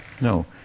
no